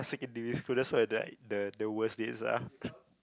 secondary school that's why the the the worst dates ah